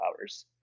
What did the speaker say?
hours